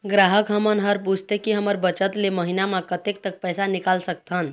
ग्राहक हमन हर पूछथें की हमर बचत ले महीना मा कतेक तक पैसा निकाल सकथन?